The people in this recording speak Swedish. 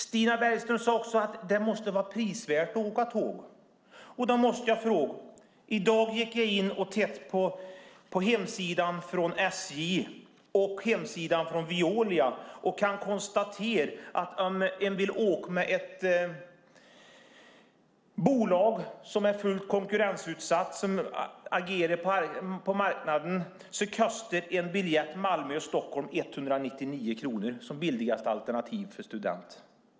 Stina Bergström sade även att det måste vara prisvärt att åka tåg. Då måste jag fråga en sak. I dag gick jag in och tittade på SJ:s och Veolias hemsidor. Om man vill åka med ett bolag som är fullt konkurrensutsatt och som agerar på marknaden kan jag konstatera att en biljett Malmö-Stockholm 199 kronor. Det är det billigaste alternativet, för student.